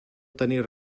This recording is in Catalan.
tenir